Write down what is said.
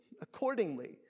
accordingly